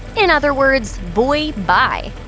in other words boy, bye!